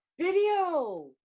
video